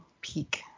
Peak